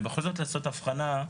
ובכל זאת לעשות הבחנה,